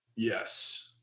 Yes